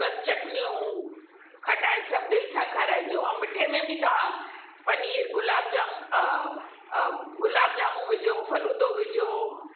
बसि चटणियूं खटाणि सब दिलि सां खाराइजो ऐं मिठे में बि तव्हां पनीर गुलाब जाम गुलाब जमूं विझो फलूदो विझो